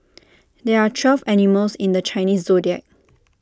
there are twelve animals in the Chinese Zodiac